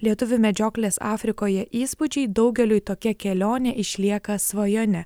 lietuvių medžioklės afrikoje įspūdžiai daugeliui tokia kelionė išlieka svajone